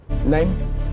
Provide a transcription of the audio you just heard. Name